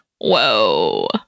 whoa